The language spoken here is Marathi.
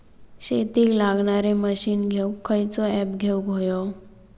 शेतीक लागणारे मशीनी घेवक खयचो ऍप घेवक होयो?